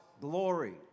glory